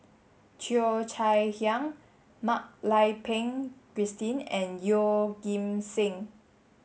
Cheo Chai Hiang Mak Lai Peng Christine and Yeoh Ghim Seng